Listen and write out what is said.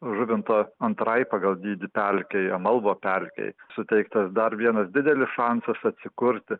žuvinto antrai pagal dydį pelkei amalvo pelkei suteiktas dar vienas didelis šansas atsikurti